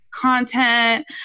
content